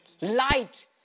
Light